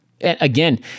Again